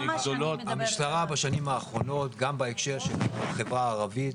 המשטרה בשנים האחרונות גם בהקשר של החברה הערבית